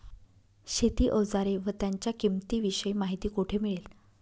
शेती औजारे व त्यांच्या किंमतीविषयी माहिती कोठे मिळेल?